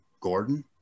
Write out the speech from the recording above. Gordon